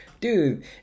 dude